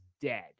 dead